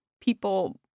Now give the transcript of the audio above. people